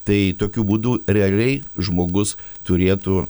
tai tokiu būdu realiai žmogus turėtų